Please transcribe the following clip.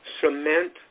cement